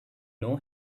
know